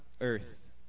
earth